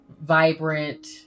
vibrant